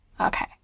Okay